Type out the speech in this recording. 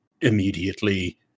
immediately